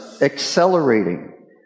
accelerating